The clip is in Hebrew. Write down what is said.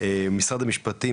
משרד המשפטים,